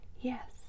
Yes